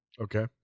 okay